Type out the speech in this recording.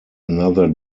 another